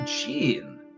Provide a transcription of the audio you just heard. Gene